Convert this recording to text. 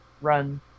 run